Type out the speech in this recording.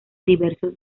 diversos